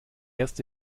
erste